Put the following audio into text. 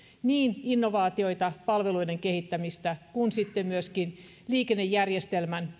niin innovaatioita palveluiden kehittämistä kuin sitten myöskin liikennejärjestelmän